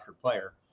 player